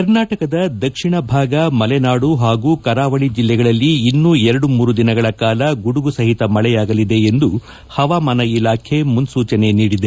ಕರ್ನಾಟಕದ ದಕ್ಷಿಣ ಭಾಗ ಮಲೆನಾಡು ಹಾಗೂ ಕರಾವಳಿ ಜಲ್ಲೆಗಳಲ್ಲಿ ಇನ್ನೂ ಎರಡು ಮೂರು ದಿನಗಳ ಕಾಲ ಗುಡುಗು ಸಹಿತ ಮಳೆಯಾಗಲಿದೆ ಎಂದು ಪವಾಮಾನ ಇಲಾಖೆ ಮುನ್ನೂಚನೆ ನೀಡಿದೆ